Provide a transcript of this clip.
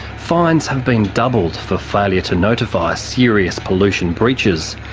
fines have been doubled for failure to notify serious pollution breaches,